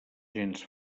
gens